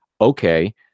okay